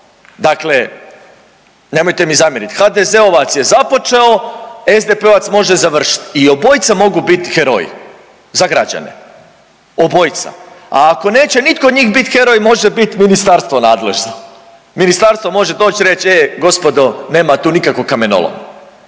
Dakle, nemojte mi zamjeriti HDZ-ovac je započeo, SDP-ovac može završiti i obojica mogu biti heroji za građane, obojica. A ako neće nitko od njih biti heroj može biti ministarstvo nadležno, ministarstvo može doći i reći e gospodo nema tu nikakvog kamenoloma.